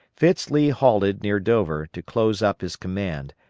fitz lee halted near dover to close up his command,